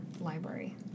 library